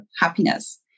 happiness